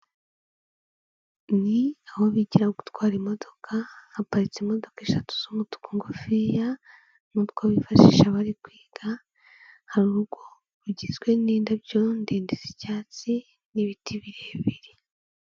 Ni aho bigira gutwara imodoka, haparitse imodoka eshatu z'umutuku ngufiya, ni utwo bifashisha bari kwiga, hari urugo rugizwe n'indabyo ndende z'icyatsi n'ibiti birebire.